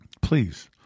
Please